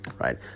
right